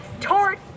Tort